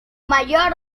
mayor